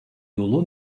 yolu